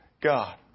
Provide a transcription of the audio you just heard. God